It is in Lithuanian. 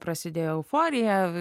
prasidėjo euforija